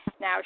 Now